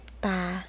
Bye